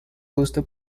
gusto